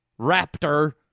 raptor